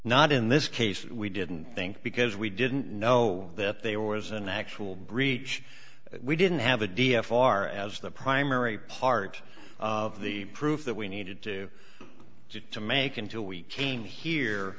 not in this case we didn't think because we didn't know that they were is an actual breach we didn't have a d f far as the primary part of the proof that we needed to do to make until we came here